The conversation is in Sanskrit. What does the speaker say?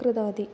कृतवती